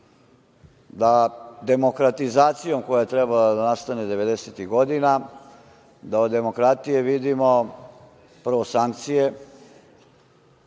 da demokratizacijom koja je trebala da nastane devedesetih godina, da od demokratije vidimo prvo sankcije,